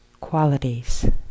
qualities